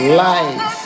life